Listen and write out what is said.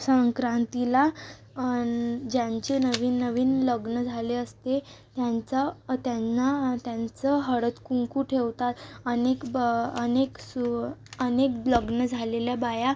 संक्रांतीला अन् ज्यांचे नवीन नवीन लग्न झाले असते त्यांचं अर् त्यांना त्यांचं हळदकुंकू ठेवतात अनेक ब अनेक सु अनेक लग्न झालेल्या बाया